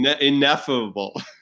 ineffable